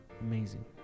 Amazing